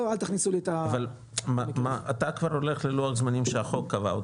אל תכניסו לי -- אבל אתה כבר הולך ללוח זמנים שהחוק קבע,